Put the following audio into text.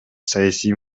саясий